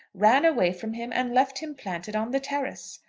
ran away from him and left him planted on the terrace.